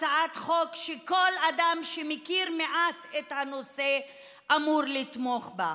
אני מעלה הצעת חוק שכל אדם שמכיר מעט את הנושא אמור לתמוך בה.